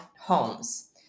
homes